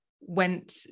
went